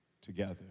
together